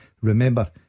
Remember